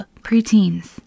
preteens